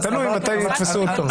תלוי מתי יתפסו אותו.